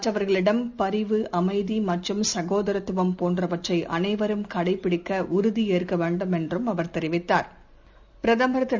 மற்றவர்களிடம் பரிவு அமைதிமற்றும் சகோதரத்துவம் அமைதிபோன்றவற்றைஅனைவரும் கடைபிடிக்கஉறுதியேற்கவேண்டும் என்றுஅவர் தெரிவித்தார் பிரதமர் திரு